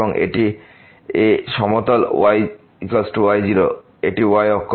এখন এটি সমতল y y0 এটি y অক্ষ